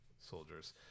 soldiers